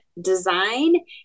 design